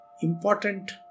important